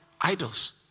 Idols